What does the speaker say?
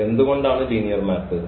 എന്തുകൊണ്ടാണ് ലീനിയർ മാപ്പ്